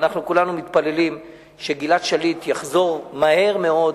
ואנחנו כולנו מתפללים שגלעד שליט יחזור מהר מאוד